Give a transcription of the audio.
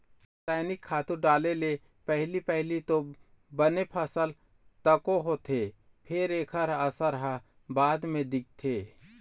रसइनिक खातू डाले ले पहिली पहिली तो बने फसल तको होथे फेर एखर असर ह बाद म दिखथे